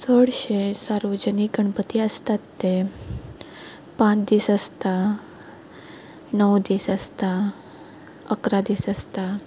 चडशे सार्वजनीक गणपती आसतात ते पांच दीस आसता णव दीस आसता अकरा दीस आसता